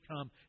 come